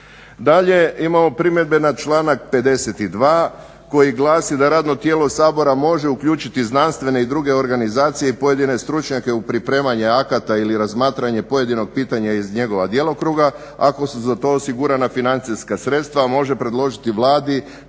Dakle, imamo primjedbe na članak 52. koji glasi da radno tijelo Sabora može uključiti znanstvene i druge organizacije i pojedine stručnjake u pripremanje akata ili razmatranje pojedinog pitanja iz njegova djelokruga ako su za to osigurana financijska sredstva a može predložiti Vladi